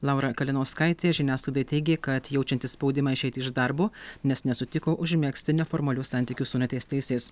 laura kalinauskaitė žiniasklaidai teigė kad jaučianti spaudimą išeiti iš darbo nes nesutiko užmegzti neformalių santykių su nuteistaisiais